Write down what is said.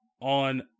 on